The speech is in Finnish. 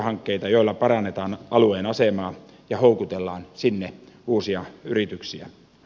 hankkeita joilla parannetaan alueen asemaa ja houkutellaan sinne uusia yrityksiä